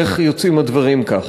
איך הדברים יוצאים כך.